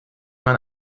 man